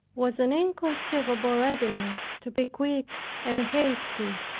was an inconceivable readiness to be quick and hasty.